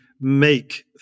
make